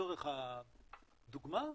לצורך הדוגמה,